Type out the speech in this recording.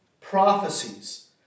prophecies